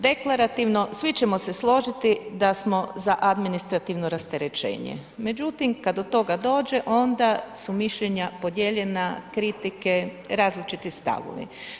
Deklarativno svi ćemo se složiti da smo za administrativno rasterećenje, međutim kada do toga dođe onda su mišljenja podijeljena, kritike, različiti stavovi.